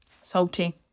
Salty